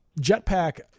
Jetpack